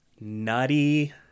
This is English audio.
Nutty